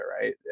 right